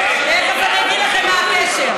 תכף אני אגיד לכם מה הקשר.